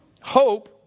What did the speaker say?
hope